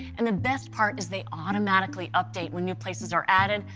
and the best part is they automatically update when new places are added,